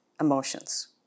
emotions